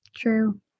true